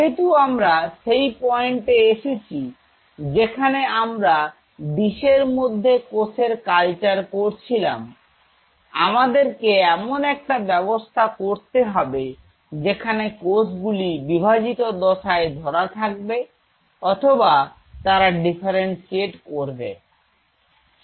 যেহেতু আমরা সেই পয়েন্টে এসেছি যেখানে আমরা ডিস এর মধ্যে কোষের কালচার করছিলাম আমাদেরকে এমন একটা ব্যবস্থা করতে হবে যেখানে কোষগুলি বিভাজিত দশায় ধরা থাকবে অথবা তারা ডিফারেনশিয়েট করবে